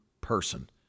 person